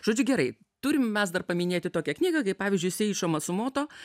žodžiu gerai turim mes dar paminėti tokią knygą kaip pavyzdžiui seišo matsumoto